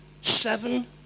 seven